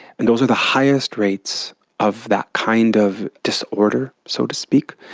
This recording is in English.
and those are the highest rates of that kind of disorder, so to speak,